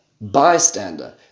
bystander